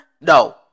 No